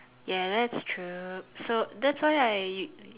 ya that's true so that's why I